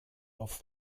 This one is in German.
auf